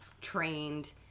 trained